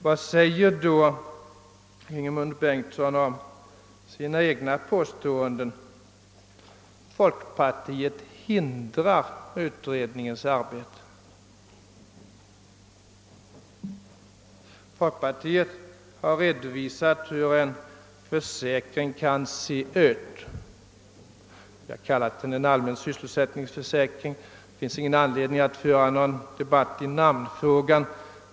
Vad säger då Ingemund Bengtsson om sitt eget påstående att folkpartiet hindrar utredningens arbete? Folkpartiet har redovisat hur en försäkring kan se ut. Vi har kallat den en allmän <sysselsättningsförsäkring. Det finns ingen anledning att föra någon debatt i namnfrågan.